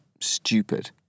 stupid